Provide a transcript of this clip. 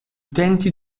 utenti